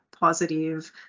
positive